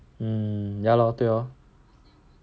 mm ya lor 对 lor